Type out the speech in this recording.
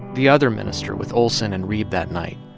the other minister with olsen and reeb that night.